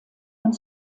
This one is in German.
und